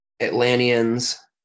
Atlanteans